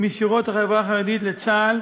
משורות החברה החרדית לצה"ל